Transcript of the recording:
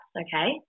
okay